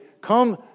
come